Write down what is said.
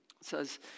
says